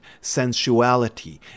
sensuality